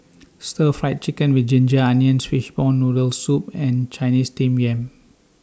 Stir Fried Chicken with Ginger Onions Fishball Noodle Soup and Chinese Steamed Yam